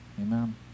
Amen